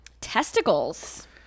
Testicles